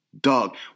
Dog